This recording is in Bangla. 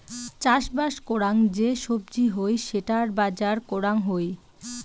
চাষবাস করাং যে সবজি হই সেটার বাজার করাং হই